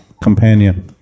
companion